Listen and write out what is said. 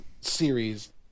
series